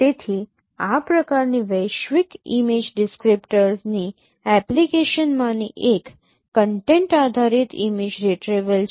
તેથી આ પ્રકાર ની વૈશ્વિક ઇમેજ ડિસક્રીપ્ટરની એપ્લિકેશનમાંની એક કન્ટેન્ટ આધારિત ઇમેજ રિટ્રીવલ છે